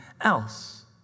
else